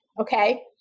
okay